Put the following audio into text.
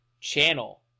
channel